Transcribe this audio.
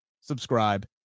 Subscribe